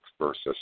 versus